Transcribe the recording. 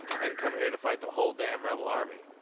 i didn't come here to fight the hull damn' rebel army.